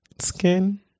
skin